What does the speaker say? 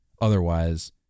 otherwise